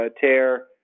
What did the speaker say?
tear